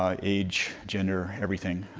um age, gender, everything.